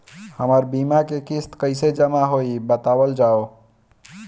हमर बीमा के किस्त कइसे जमा होई बतावल जाओ?